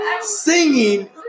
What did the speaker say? singing